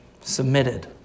submitted